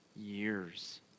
years